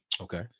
okay